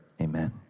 amen